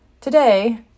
Today